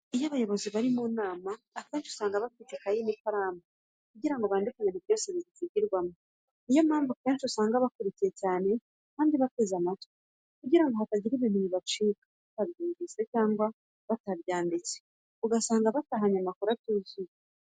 Iyo abayobozi bari mu nama akenshi usanga bafite ikayi n'ikaramu kugira ngo bandike ibintu byose byayivugiwemo. Niyo mpamvu akenshi usanga bakurikiye cyane kandi bateze amatwi kugira ngo hatagira ibintu bibacika batabyumvise cyangwa batabyanditse, ugasanga batahanye amakuru atuzuye.